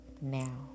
now